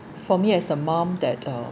for me as a mum that uh